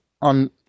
on